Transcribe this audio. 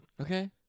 Okay